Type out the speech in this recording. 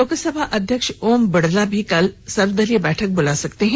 लोकसभा अध्यक्ष ओम बिरला भी कल सर्वदलीय बैठक बुला सकते हैं